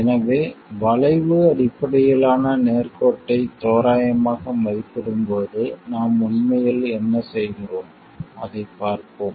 எனவே வளைவு அடிப்படையிலான நேர்கோட்டை தோராயமாக மதிப்பிடும்போது நாம் உண்மையில் என்ன செய்கிறோம் அதைப் பார்ப்போம்